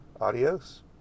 Adios